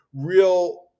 real